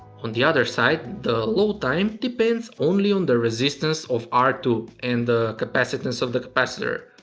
on the other side, the low time depends only on the resistance of r two and the capacitance of the capacitor.